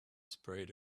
sprayed